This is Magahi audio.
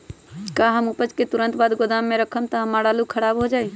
का हम उपज के तुरंत बाद गोदाम में रखम त हमार आलू खराब हो जाइ?